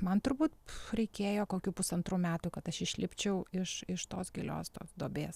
man turbūt reikėjo kokių pusantrų metų kad aš išlipčiau iš iš tos gilios duobės